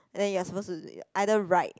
then you're supposed to either write